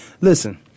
Listen